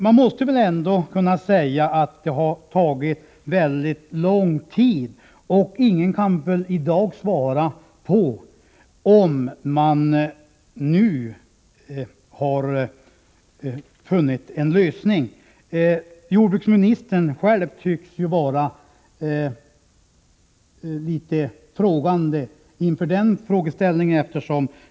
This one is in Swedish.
Man måste säga att det har tagit mycket lång tid, och ingen kan väl i dag svara på frågan om man nu har funnit en lösning. Jordbruksministern själv tycks vara litet osäker när det gäller den här frågeställningen.